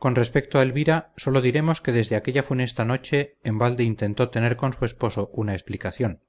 con respecto a elvira sólo diremos que desde aquella funesta noche en balde intentó tener con su esposo una explicación